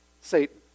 Satan